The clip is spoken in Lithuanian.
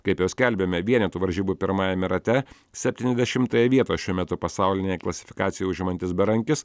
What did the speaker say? kaip jau skelbėme vienetų varžybų pirmajame rate septyniasdešimtąją vietą šiuo metu pasaulinėje klasifikacijoje užimantis berankis